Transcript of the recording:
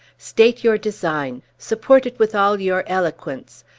state your design, support it with all your eloquence,